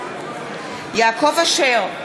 יעקב אשר,